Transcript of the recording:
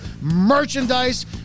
merchandise